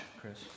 Chris